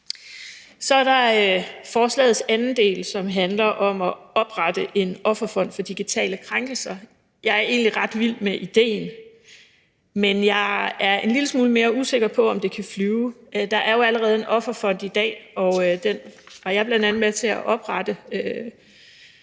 del af forslaget, som handler om at oprette en offerfond for digitale krænkelser. Jeg er egentlig ret vild med idéen, men jeg er en lille smule mere usikker på, om det kan flyve. Der er jo allerede i dag en offerfond, og den var jeg bl.a. med til at oprette,